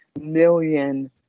million